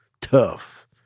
Tough